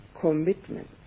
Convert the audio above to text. commitment